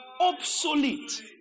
obsolete